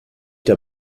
der